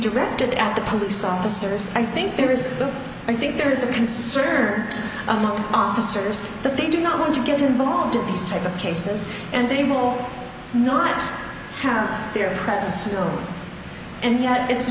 directed at the police officers i think there is i think there is a concern among officers that they do not want to get involved in these type of cases and they will not have their presence you know and yet it's